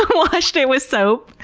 ah washed it with so